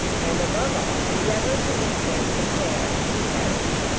and, above all, endeavour to imitate his air and carriage.